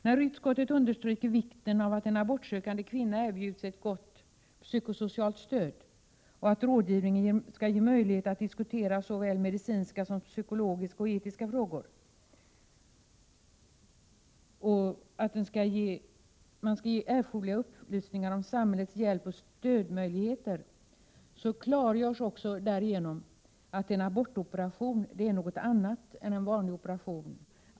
När utskottet understryker vikten av att en abortsökande kvinna erbjuds ett gott psykosocialt stöd, att rådgivningen skall ge möjlighet att diskutera såväl medicinska som psykologiska och etiska frågor och att man skall ge erforderliga upplysningar om samhällets hjälpoch stödmöjligheter, klargörs också därigenom att en abortoperation är något annat än en vanlig operation.